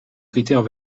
critères